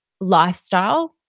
lifestyle